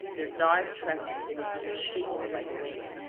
their dark tresses were being shaken by the wind.